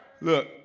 Look